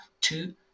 two